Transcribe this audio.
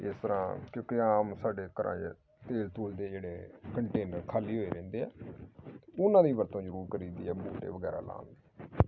ਇਸ ਤਰ੍ਹਾਂ ਕਿਉਂਕਿ ਆਮ ਸਾਡੇ ਘਰਾਂ 'ਚ ਤੇਲ ਤੁਲ ਦੇ ਜਿਹੜੇ ਕੰਟੇਨਰ ਖਾਲੀ ਹੋਏ ਰਹਿੰਦੇ ਆ ਉਨ੍ਹਾਂ ਦੀ ਵਰਤੋਂ ਜ਼ਰੂਰ ਕਰੀਦੀ ਆ ਬੂਟੇ ਵਗੈਰਾ ਲਗਾਉਣ 'ਚ